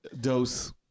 dose